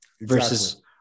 versus –